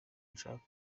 nshaka